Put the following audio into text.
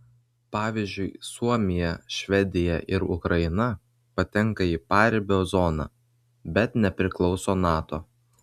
pavyzdžiui suomija švedija ir ukraina patenka į paribio zoną bet nepriklauso nato